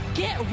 get